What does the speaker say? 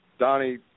Donnie